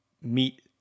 meet